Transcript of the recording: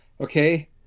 okay